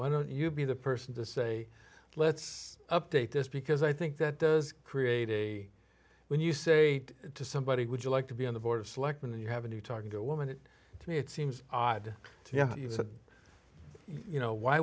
why don't you be the person to say let's update this because i think that does create a when you say to somebody would you like to be on the board of selectmen and you have a new talking to a woman it to me it seems odd to you you said you know why